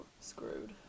screwed